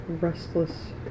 restless